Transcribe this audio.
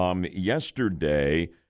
Yesterday